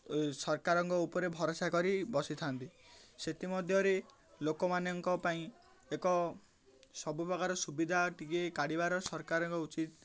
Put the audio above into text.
ସରକାରଙ୍କ ଉପରେ ଭରସା କରି ବସିଥାନ୍ତି ସେଥିମଧ୍ୟରେ ଲୋକମାନଙ୍କ ପାଇଁ ଏକ ସବୁ ପ୍ରକାର ସୁବିଧା ଟିକେ କାଢ଼ିବାର ସରକାରଙ୍କ ଉଚିତ